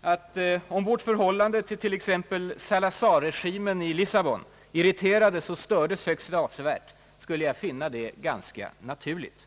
att jag, om vårt förhållande till t.ex. Salazar-regimen i Lissabon irriterades och stördes högst avsevärt, skulle finna det ganska naturligt.